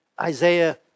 Isaiah